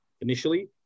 initially